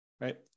Right